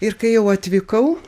ir kai jau atvykau